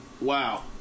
Wow